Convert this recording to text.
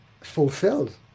fulfilled